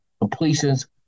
completions